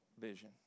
vision